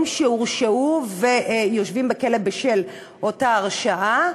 שהורשעו ויושבים בכלא בשל אותה הרשעה,